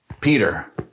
Peter